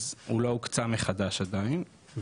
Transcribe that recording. אז הוא לא הוקצה מחדש עדיין.